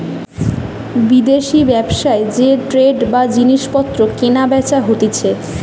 বিদেশি ব্যবসায় যে ট্রেড বা জিনিস পত্র কেনা বেচা হতিছে